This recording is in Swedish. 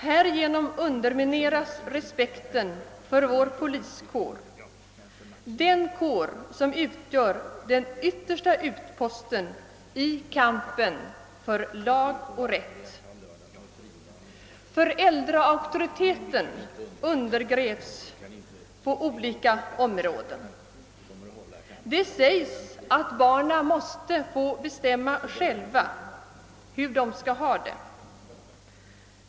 Härigenom undermineras respekten för vår poliskår, den kår som utgör den yttersta utposten i kampen för lag och rätt. Föräldraauktoriteten undergrävs på olika områden. Det sägs att barnen måste få bestämma själva hur de skall ha det.